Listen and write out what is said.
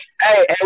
hey